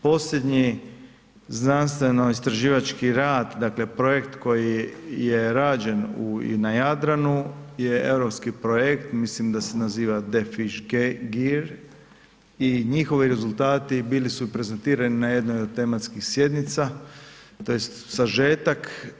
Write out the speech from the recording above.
Posljednji znanstveno istraživački rad projekt koji je rađen na Jadranu je europski projekt, mislim da se naziva „DeFisherGear“ i njihovi rezultati bili su prezentirani na jednoj od tematskih sjednica tj. sažetak.